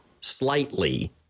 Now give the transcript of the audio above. slightly